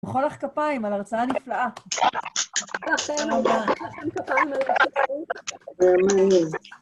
למחוא לך כפיים על הרצאה נפלאה.